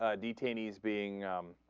ah detainees being